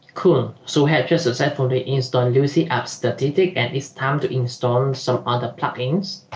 cool so hector successfully installed lucy ab statistic and it's time to install some other plugins